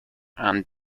and